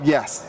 Yes